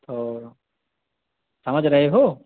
تو سمجھ رہے ہو